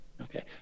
Okay